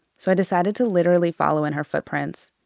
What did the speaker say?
so, i decided to literally follow in her footprints.